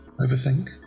overthink